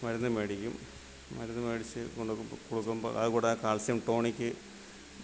മരുന്ന് മേടിക്കും മരുന്ന് മേടിച്ച് കൊണ്ടുകൊടുക്കുമ്പോൾ അതുകൂടാതെ കാൽസ്യം ടോണിക്ക്